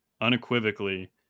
Unequivocally